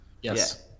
Yes